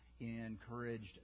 encouraged